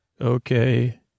Okay